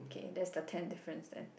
that's the ten different thing